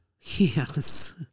Yes